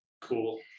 cool